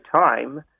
time